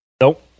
Nope